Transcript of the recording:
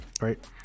right